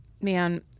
man